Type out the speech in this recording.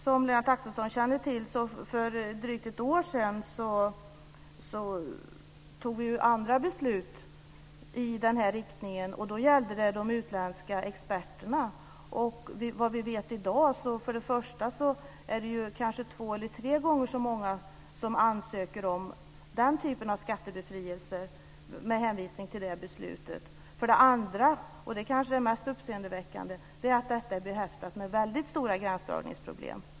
Som Lennart Axelsson känner till tog vi för drygt ett år sedan andra beslut i den här riktningen. Då gällde det de utländska experterna. Vad vi vet i dag är det för det första kanske två eller tre gånger så många som ansöker om den typen av skattebefrielse med hänvisning till det beslutet. För det andra, och det kanske är det mest uppseendeväckande, är detta behäftat med väldigt stora gränsdragningsproblem.